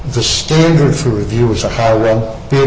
the standard for review was a her